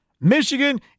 Michigan